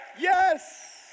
Yes